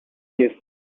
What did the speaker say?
you